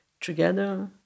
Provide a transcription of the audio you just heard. together